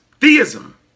Theism